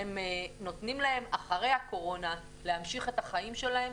נותנים להם אחרי הקורונה להמשיך את החיים שלהם,